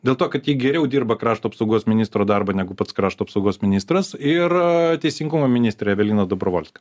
dėl to kad ji geriau dirba krašto apsaugos ministro darbą negu pats krašto apsaugos ministras ir teisingumo ministrė evelina dobrovolska